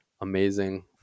amazing